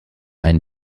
einen